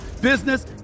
business